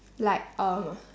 like um